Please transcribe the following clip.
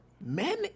Men